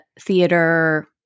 theater